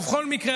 ובכל מקרה,